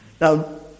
Now